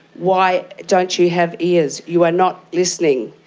why don't you have ears? you are not listening.